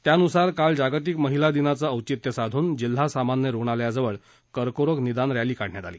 त्यानुसार काल जागतिक महिला दिनाचं औचित्य साधून जिल्हा सामान्य रुग्णालयाजवळ कर्करोग निदान रत्ती काढण्यात आली